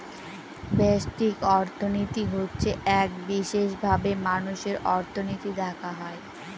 ব্যষ্টিক অর্থনীতি হচ্ছে এক বিশেষভাবে মানুষের অর্থনীতি দেখা হয়